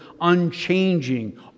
unchanging